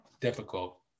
difficult